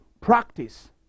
practice